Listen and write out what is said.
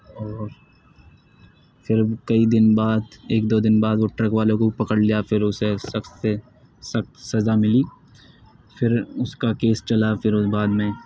اور پھر کئی دن بعد ایک دو دن بعد وہ ٹرک والے کو بھی پکڑ لیا پھر اسے سخت سے سکت سزا ملی پھر اس کا کیس چلا پھر بعد میں